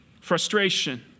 Frustration